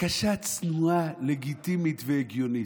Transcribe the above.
בקשה צנועה, לגיטימית והגיונית: